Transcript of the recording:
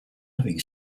having